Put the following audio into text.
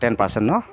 ten percent no